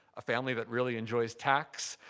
a family that really enjoys tax.